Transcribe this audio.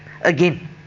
again